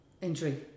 injury